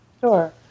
Sure